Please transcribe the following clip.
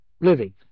living